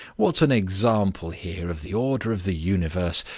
what an example here of the order of the universe,